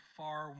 far